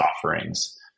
offerings